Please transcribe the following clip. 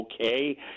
okay